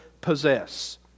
possess